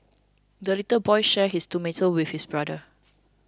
the little boy shared his tomato with his brother